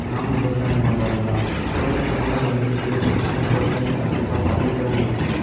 நானும் விவசாயம் பண்ணுறவன் தான் ஸோ நானும் ரெண்டு டிகிரி முடித்தாலும் விவசாயம் கண்டிப்பாக பண்ணிட்டு தான் இருக்கேன்